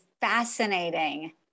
fascinating